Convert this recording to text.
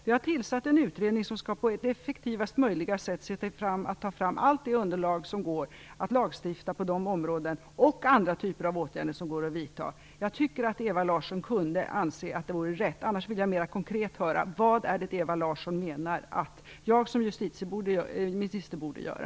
Jag har tillsatt en utredning som på effektivast möjliga sätt skall ta fram allt det underlag som går för kunna att lagstifta på området och vidta andra typer av åtgärder. Jag tycker att Ewa Larsson kunde anse att det var rätt. Annars vill jag mer konkret höra vad det är Ewa Larsson menar att jag som justitieminister borde göra.